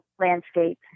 landscape